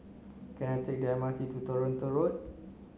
can I take the M R T to Toronto Road